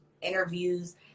interviews